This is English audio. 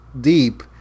deep